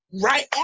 right